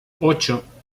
ocho